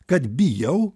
kad bijau